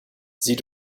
sie